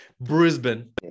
Brisbane